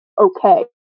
okay